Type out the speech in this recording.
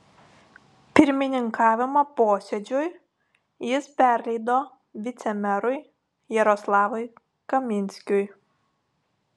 pirmininkavimą posėdžiui jis perleido vicemerui jaroslavui kaminskiui